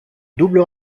double